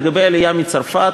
לגבי העלייה מצרפת,